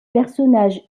personnage